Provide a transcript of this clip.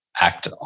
act